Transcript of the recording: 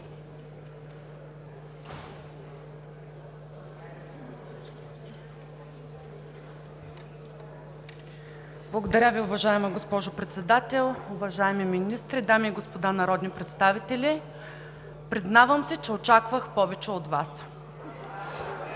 Благодаря Ви, уважаема госпожо Председател. Уважаеми министри, дами и господа народни представители! Признавам си, че очаквах повече от Вас. (Силен